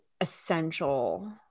essential